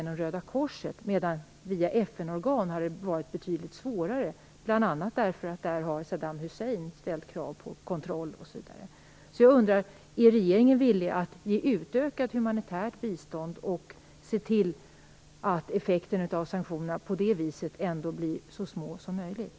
Via FN-organ har det däremot varit betydligt svårare, bl.a. därför att där har Saddam Hussein ställt krav på kontroll osv. Är regeringen villig att ge utökat humanitärt bistånd och att se till att effekterna av sanktionerna på det viset ändå blir så små som möjligt?